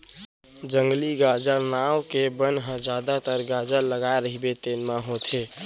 जंगली गाजर नांव के बन ह जादातर गाजर लगाए रहिबे तेन म होथे